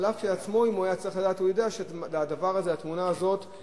אף שכשלעצמו הוא יודע שהתמונה הזאת,